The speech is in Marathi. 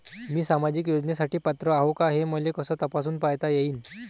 मी सामाजिक योजनेसाठी पात्र आहो का, हे मले कस तपासून पायता येईन?